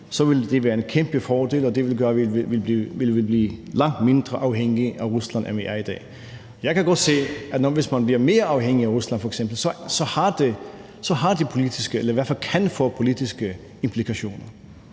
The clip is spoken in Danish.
så vil det være en kæmpe fordel, og det vil gøre, at vi vil blive langt mindre afhængige af Rusland, end vi er i dag. Jeg kan godt se, at det, hvis man f.eks. bliver mere afhængig af Rusland, i hvert fald kan få politiske implikationer.